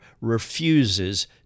refuses